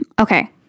Okay